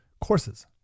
courses